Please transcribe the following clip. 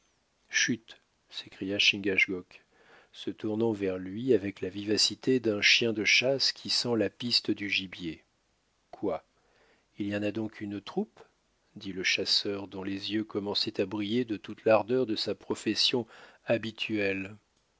chut s'écria chingachgook se tournant vers lui avec la vivacité d'un chien de chasse qui sent la piste du gibier quoi il y en a donc une troupe dit le chasseur dont les yeux commençaient à briller de toute l'ardeur de sa profession habituelle